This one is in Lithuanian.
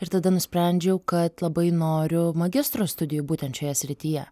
ir tada nusprendžiau kad labai noriu magistro studijų būtent šioje srityje